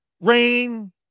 rain